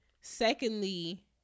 Secondly